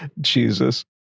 Jesus